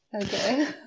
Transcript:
Okay